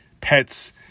pets